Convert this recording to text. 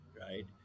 right